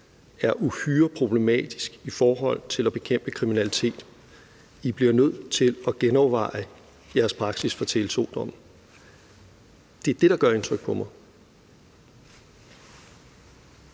er uhyre problematisk i forhold til at bekæmpe kriminalitet; I bliver nødt til at genoverveje jeres praksis for Tele2-dommen. Det er det, der gør indtryk på mig.